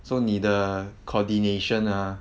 so 你的 coordination ah